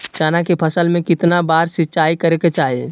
चना के फसल में कितना बार सिंचाई करें के चाहि?